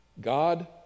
God